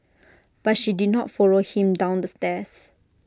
but she did not follow him down the stairs